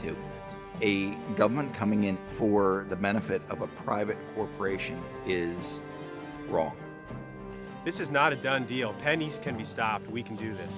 to a government coming in for we're the benefit of a private corporation is wrong this is not a done deal pennies can be stopped we can do this